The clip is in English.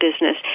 business